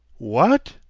what?